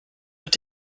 wird